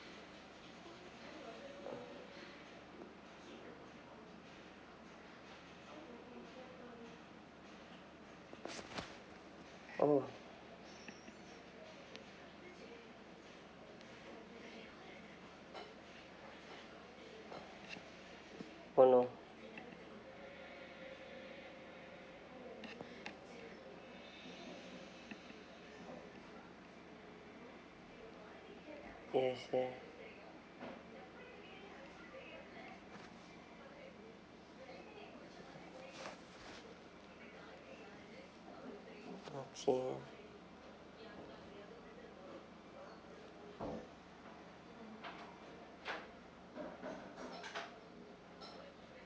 oh oh no yes yeah okay